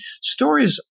stories